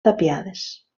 tapiades